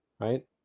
right